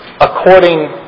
according